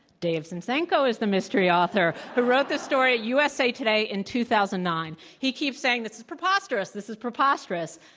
dave zinczenko is the mystery author who wrote this story at usa today in two thousand and nine. he keeps saying this is preposterous, this is preposterous.